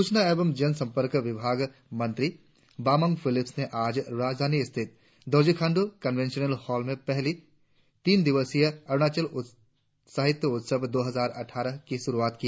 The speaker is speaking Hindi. सूचना एवं जनसंपर्क विभाग मंत्री बामांग फेलिक्स ने आज राजधानी स्थित दोरजी खांडू कन्वेंशन हॉल में पहली तीन दिवसीय अरुणाचल साहित्य समारोह दो हजार अटठारह की शुरुआत की